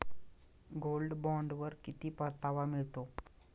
Gold बॉण्डवर किती परतावा मिळतो?